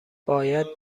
باید